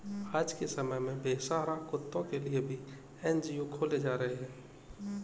आज के समय में बेसहारा कुत्तों के लिए भी एन.जी.ओ खोले जा रहे हैं